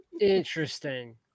Interesting